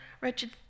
wretched